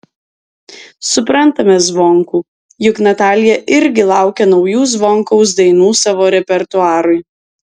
suprantame zvonkų juk natalija irgi laukia naujų zvonkaus dainų savo repertuarui